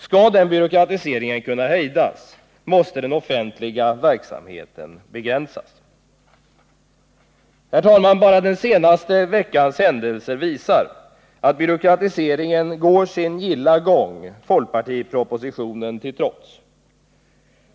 Skall byråkratiseringen kunna hejdas måste den offentliga verksamheten begränsas. Bara de senaste veckornas händelser visar att byråkratiseringen går sin gilla gång, folkpartipropositionen till trots.